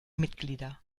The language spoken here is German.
mitglieder